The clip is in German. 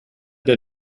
der